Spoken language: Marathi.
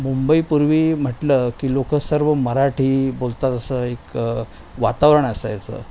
मुंबई पूर्वी म्हटलं की लोकं सर्व मराठी बोलतात असं एक वातावरण असायचं